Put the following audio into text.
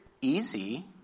easy